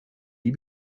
die